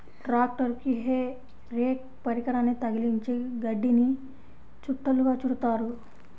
ట్రాక్టరుకి hay rake పరికరాన్ని తగిలించి గడ్డిని చుట్టలుగా చుడుతారు